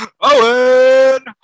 Owen